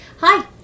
Hi